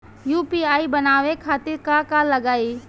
UPI बनावे खातिर का का लगाई?